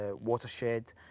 Watershed